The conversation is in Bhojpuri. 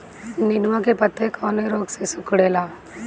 नेनुआ के पत्ते कौने रोग से सिकुड़ता?